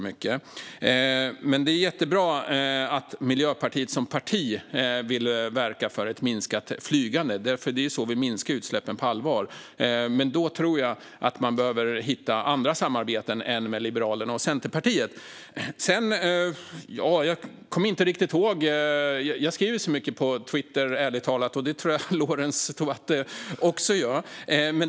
Det är jättebra att Miljöpartiet som parti vill verka för ett minskat flygande, för det är så vi minskar utsläppen på allvar. Men då tror jag att man behöver hitta andra samarbeten än det med Liberalerna och Centerpartiet. Jag kommer inte riktigt ihåg. Jag skriver ärligt talat mycket på Twitter, och det tror jag att Lorentz Tovatt också gör.